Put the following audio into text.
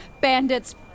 bandits